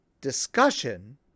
discussion